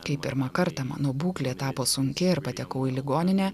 kai pirmą kartą mano būklė tapo sunki ir patekau į ligoninę